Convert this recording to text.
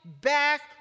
back